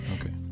Okay